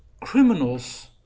criminals